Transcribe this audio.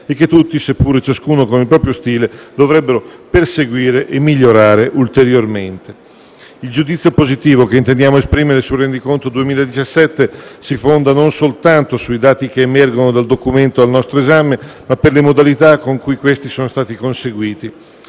e che tutti - seppure ciascuno con il proprio stile - dovrebbero perseguire e migliorare ulteriormente. Il giudizio positivo che intendiamo esprimere sul rendiconto 2017 si fonda non soltanto sui dati che emergono dal documento al nostro esame, ma anche sulle modalità con cui questi sono stati conseguiti.